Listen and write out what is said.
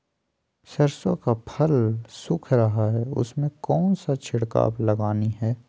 सरसो का फल सुख रहा है उसमें कौन सा छिड़काव लगानी है?